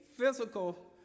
Physical